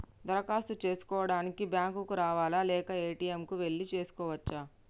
దరఖాస్తు చేసుకోవడానికి బ్యాంక్ కు రావాలా లేక ఏ.టి.ఎమ్ కు వెళ్లి చేసుకోవచ్చా?